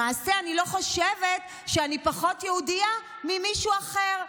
למעשה אני לא חושבת שאני פחות יהודייה ממישהו אחר,